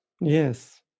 Yes